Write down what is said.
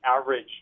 average